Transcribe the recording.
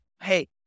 hey